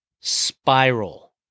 Spiral